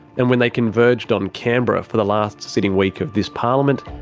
and when they converged on canberra for the last sitting week of this parliament,